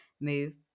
move